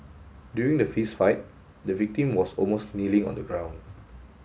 during the fist fight the victim was almost kneeling on the ground